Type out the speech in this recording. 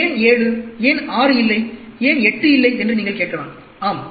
ஏன் 7 ஏன் 6 இல்லை ஏன் 8 இல்லை என்று நீங்கள் கேட்கலாம் ஆம்